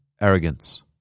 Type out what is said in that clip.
arrogance